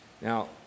Now